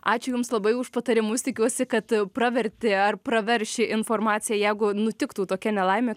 ačiū jums labai už patarimus tikiuosi kad pravertė ar pravers ši informacija jeigu nutiktų tokia nelaimė